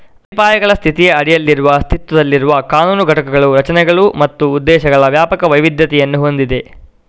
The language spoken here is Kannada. ಅಡಿಪಾಯಗಳ ಸ್ಥಿತಿಯ ಅಡಿಯಲ್ಲಿ ಅಸ್ತಿತ್ವದಲ್ಲಿರುವ ಕಾನೂನು ಘಟಕಗಳು ರಚನೆಗಳು ಮತ್ತು ಉದ್ದೇಶಗಳ ವ್ಯಾಪಕ ವೈವಿಧ್ಯತೆಯನ್ನು ಹೊಂದಿವೆ